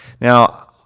Now